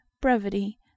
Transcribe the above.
brevity